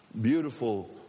beautiful